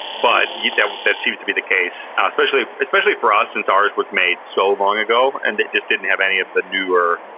but yeah that seems to be the case. especially especially for us, since ours was made so long ago and it just didn't have any of the newer,